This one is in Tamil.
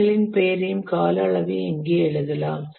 பணிகளின் பெயரையும் கால அளவையும் இங்கே எழுதலாம்